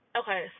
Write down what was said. okay